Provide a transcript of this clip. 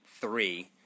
three